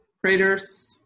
craters